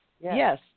Yes